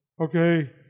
okay